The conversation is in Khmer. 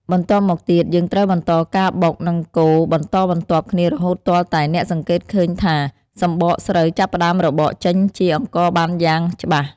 បន្ទាប់មកទៀត យើងត្រូវបន្តការបុក និងកូរបន្តបន្ទាប់គ្នារហូតទាល់តែអ្នកសង្កេតឃើញថាសម្បកស្រូវចាប់ផ្ដើមរបកចេញជាអង្ករបានយ៉ាងច្បាស់។